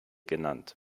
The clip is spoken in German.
genannt